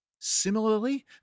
Similarly